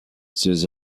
siège